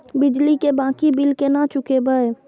बिजली की बाकी बील केना चूकेबे?